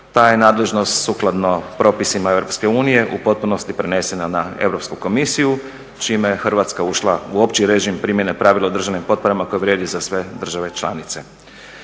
Ta je nadležnost sukladno propisima EU u potpunosti prenesena na Europsku komisiju čime je Hrvatska ušla uopći režim primjene pravila o državnim potporama koje vrijedi za sve države članice.